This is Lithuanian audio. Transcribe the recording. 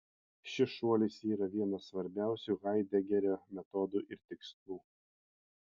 šis šuolis yra vienas svarbiausių haidegerio metodų ir tikslų